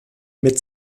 mit